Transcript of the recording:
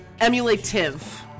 Emulative